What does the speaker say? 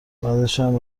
بعدشم